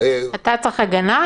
התיירות המיוחד,